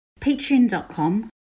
patreon.com